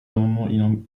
amendements